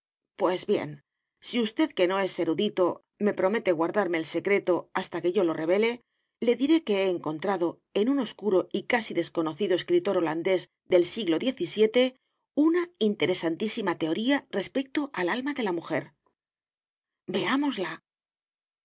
pues bien si usted que no es erudito me promete guardarme el secreto hasta que yo lo revele le diré que he encontrado en un oscuro y casi desconocido escritor holandés del siglo xvii una interesantísima teoría respecto al alma de la mujer veámosla